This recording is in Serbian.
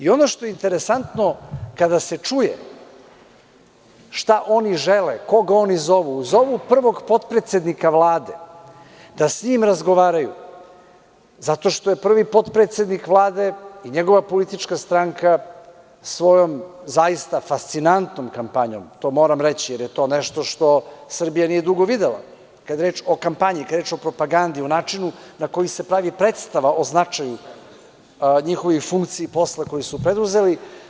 Ono što je interesantno, kada se čuje šta oni žele, koga oni zovu, zovu prvog potpredsednika Vlade da sa njim razgovaraju zato što je prvi potpredsednik Vlade i njegova politička stranka svojom zaista fascinantnom kampanjom, to moram reći, jer je to nešto što Srbija nije dugo videla kada je reč o kampanji, kada je reč o propagandi, o načinu na koji se pravi predstava o značaju njihovih funkcija i posla koji su preduzeli.